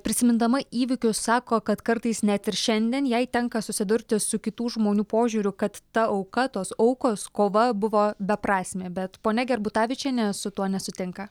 prisimindama įvykius sako kad kartais net ir šiandien jai tenka susidurti su kitų žmonių požiūriu kad ta auka tos aukos kova buvo beprasmė bet ponia gerbutavičienė su tuo nesutinka